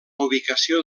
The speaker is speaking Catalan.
ubicació